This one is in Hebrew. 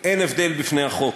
אין הבדל בפני החוק".